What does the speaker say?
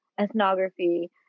ethnography